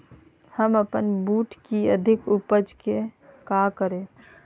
हम अपन बूट की अधिक उपज के क्या करे?